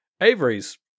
Avery's